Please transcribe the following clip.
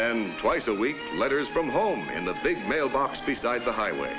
and twice a week letters from home in the big mailbox beside the highway